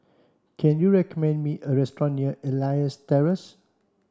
can you recommend me a restaurant near Elias Terrace